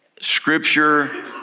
Scripture